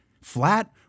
flat